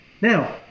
now